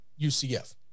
UCF